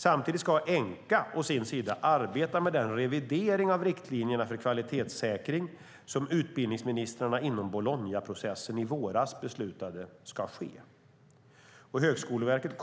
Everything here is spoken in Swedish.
Samtidigt ska Enqa å sin sida arbeta med den revidering av riktlinjerna för kvalitetssäkring som utbildningsministrarna inom Bolognaprocessen i våras beslutade ska ske. Högskoleverket -